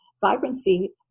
vibrancy